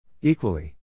Equally